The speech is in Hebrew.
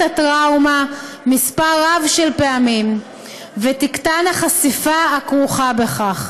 הטראומה מספר רב של פעמים ותקטן החשיפה הכרוכה בכך.